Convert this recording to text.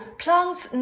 plants